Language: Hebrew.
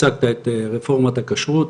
כשהצגת את רפורמת הכשרות,